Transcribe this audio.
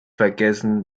vergessen